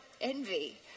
envy